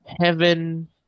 Heaven